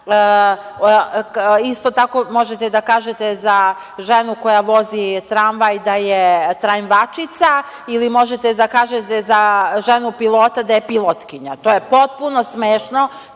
Isto tako možete da kažete za ženu koja vozi tramvaj da je tramvajčica ili možete da kažete za ženu pilota da je pilotkinja. To je potpuno smešno.